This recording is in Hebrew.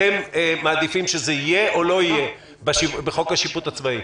אתם מעדיפים שזה יהיה או לא יהיה בחוק השיפוט הצבאי?